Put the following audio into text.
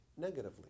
negatively